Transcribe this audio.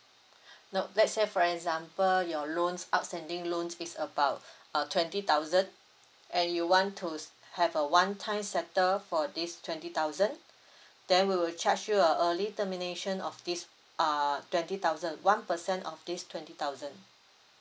no let say for example your loans outstanding loans is about uh twenty thousand and you want to s~ have a one time settle for this twenty thousand then we will charge you a early termination of this uh twenty thousand one percent of this twenty thousand